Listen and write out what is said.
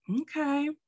Okay